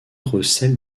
recèle